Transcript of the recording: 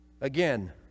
Again